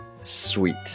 Sweet